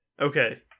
Okay